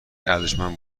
ارزشمند